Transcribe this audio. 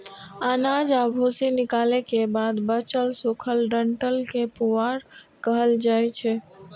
अनाज आ भूसी निकालै के बाद बांचल सूखल डंठल कें पुआर कहल जाइ छै